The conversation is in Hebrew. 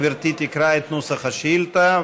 גברתי תקרא את נוסח השאילתה,